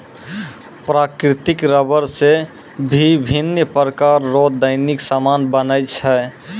प्राकृतिक रबर से बिभिन्य प्रकार रो दैनिक समान बनै छै